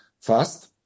fast